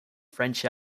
french